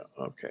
Okay